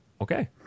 Okay